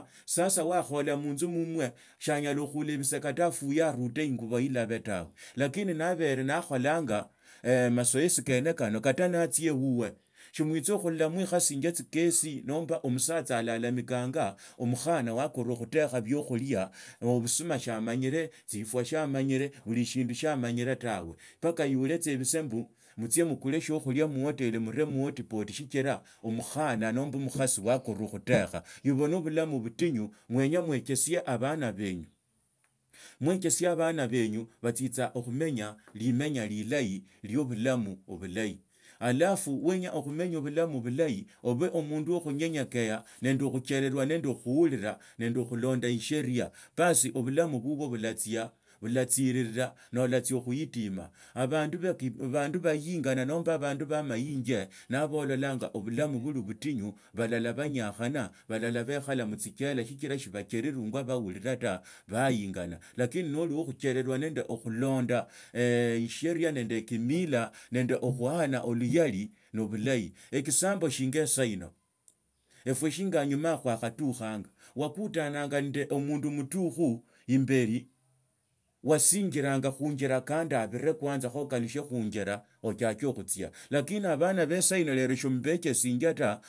Sasa wakhaola munzu mumwe shianyala khuola bise kula aruye arulie inyuba ilsba tae lakini naba naakhalonya omazoezi kene kano kata niatsa wuusi shimuitsakhululao msikhatsinyia tsikesi nomba omusatsia alalamikanya omukhano wakorwa khutakha biokhulia obusuma samanyire tsirwa siamanyire buli shindu siamanyire tawe mpaka lula tsa bitsa mbu mutsie mukolu shiokulia mohoteli muraa muhotpoti sichira omukhana nomba omukhasi wakorwa okhutekha ibwo no bulamu butinyu mwenya museshasia obana benyu mwerhesia abama benyu batsistaa okhumenya limenya bulamu bulahi obe omundu wa kunyenyekea nende khuchererwa nende okhuuria nende okhutonda esheria pasi obulamu bubwe bulatsia bulatsiriraa bulatsia khuitima abandu bayingana nomba abandu bamanye nabololonga obulamu buli butinyu balala banyakhanaa balala baekhala mutsijala sichila sibachereranga bahulilaa ta bahingano lakini noli wo khuchererwa nende okhulonda esheria nende kimila nende okhuhana oluyali nobulahi example shinga sahino erwe shinga anyuma yahoo khwakhatukha wakulananga nende omundu mutukhu imbeli wasinjilanga khunjila kando obire kwanza kho okalushe khuunjira ochirake khutsia lakini abana be sahina leru simbaechisinjia ta.